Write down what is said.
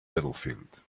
battlefield